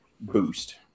boost